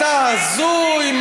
אתה הזוי.